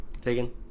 taken